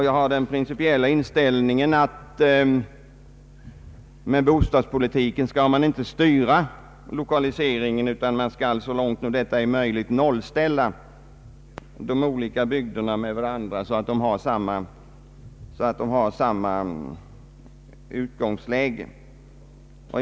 Jag har den principiella inställningen att man med bostadspolitiken inte skall styra lokaliseringen utan så långt detta är möjligt nollställa de olika bygderna, så att de har samma uitgångsläge.